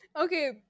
Okay